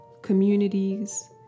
communities